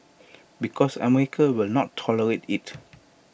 because America will not tolerate IT